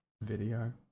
video